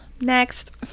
next